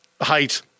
height